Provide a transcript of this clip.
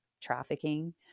trafficking